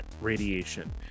radiation